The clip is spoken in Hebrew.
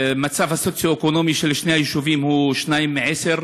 המצב הסוציו-אקונומי של שני היישובים הוא 2 מ-10.